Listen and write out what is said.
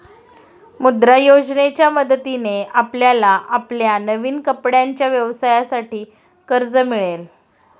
मुद्रा योजनेच्या मदतीने आपल्याला आपल्या नवीन कपड्यांच्या व्यवसायासाठी कर्ज मिळेल